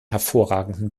hervorragenden